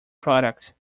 product